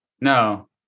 No